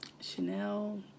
Chanel